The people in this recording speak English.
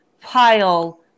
pile